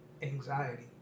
anxiety